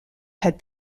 had